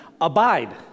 Abide